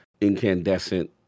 incandescent